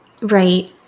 right